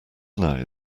now